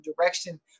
direction